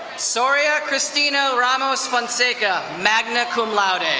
soria christina ramos fansega, magna cum laude. and